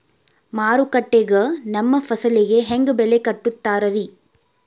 ಮಾರುಕಟ್ಟೆ ಗ ನಮ್ಮ ಫಸಲಿಗೆ ಹೆಂಗ್ ಬೆಲೆ ಕಟ್ಟುತ್ತಾರ ರಿ?